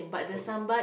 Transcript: okay